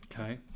Okay